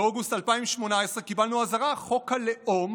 באוגוסט 2018 קיבלנו אזהרה: חוק הלאום